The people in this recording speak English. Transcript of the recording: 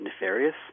nefarious